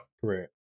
correct